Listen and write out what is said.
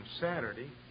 Saturday